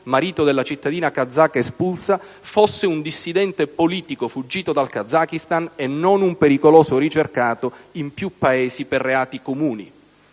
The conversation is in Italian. marito della cittadina kazaka espulsa, fosse un dissidente politico fuggito dal Kazakistan e non un pericoloso ricercato in più Paesi per reati comuni.